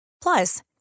Plus